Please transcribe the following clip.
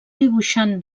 dibuixant